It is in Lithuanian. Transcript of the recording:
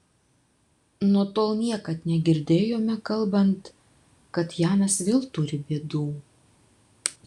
nuo tol niekad negirdėjome kalbant kad janas vėl turi bėdų